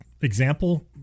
Example